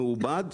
מעובד,